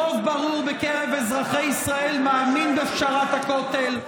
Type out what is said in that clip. רוב ברור בקרב אזרחי ישראל מאמין בפשרת הכותל.